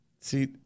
See